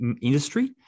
industry